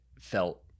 felt